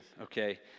okay